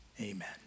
Amen